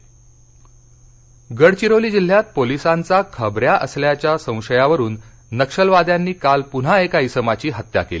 गडचिरोली गडघिरोली जिल्ह्यात पोलिसांचा खबऱ्या असल्याच्या संशयावरुन नक्षलवाद्यांनी काल पुन्हा एका इसमाची हत्या केली